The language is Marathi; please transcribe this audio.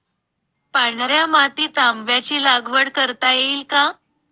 पांढऱ्या मातीत आंब्याची लागवड करता येईल का?